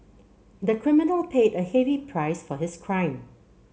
the criminal paid a heavy price for his crime